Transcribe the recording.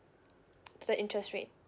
the interest rate